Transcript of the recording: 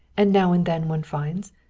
and now and then one finds,